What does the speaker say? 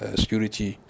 security